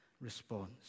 response